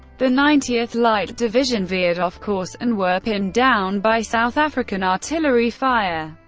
the ninetieth light division veered off course and were pinned down by south african artillery fire.